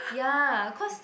ya cause